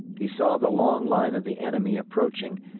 he saw the long line of the enemy approaching,